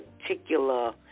particular